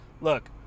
look